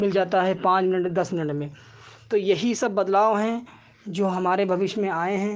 मिल जाता है पाँच मिनट में दस मिनट में तो यही सब बदलाव हैं जो हमारे भविष्य में आए हैं